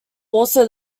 also